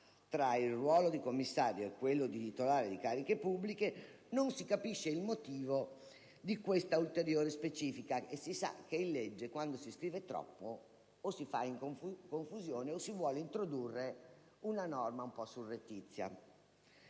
tra il ruolo di commissario e quello di titolare di cariche pubbliche, non si capisce il motivo di questa ulteriore specifica: e si sa che quando in una legge si scrive troppo, o si fa confusione o si vuole introdurre una norma un po' surrettizia.